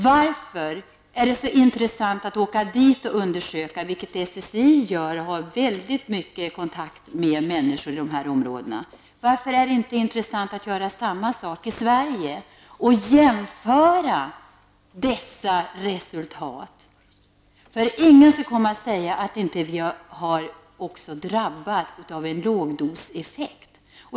Varför är det så intressant att åka dit och undersöka, vilket SSI gör? Det finns mycket goda kontakter med människorna i dessa områden. Varför är det inte intressant att göra samma undersökningar i Sverige och sedan jämföra resultaten? Ingen kan komma och säga att vi inte har drabbats av en lågdoseffekt.